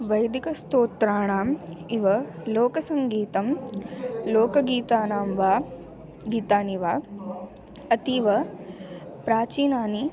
वैदिकस्तोत्राणाम् इव लोकसङ्गीतं लोकगीतानां वा गीतानि वा अतीव प्राचीनानि